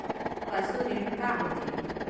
पशु ऋण का होथे?